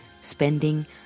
spending